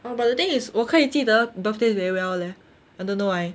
orh but the thing is 我可以记得 birthdays very well leh I don't know why